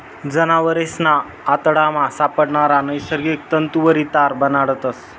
जनावरेसना आतडामा सापडणारा नैसर्गिक तंतुवरी तार बनाडतस